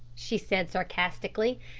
she said sarcastically.